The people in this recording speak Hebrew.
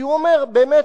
כי הוא אומר: באמת,